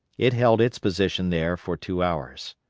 it held its position there for two hours.